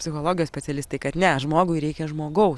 psichologijos specialistai kad ne žmogui reikia žmogaus